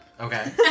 Okay